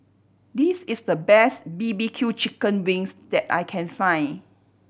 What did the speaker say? this is the best B B Q chicken wings that I can find